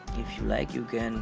if you like you can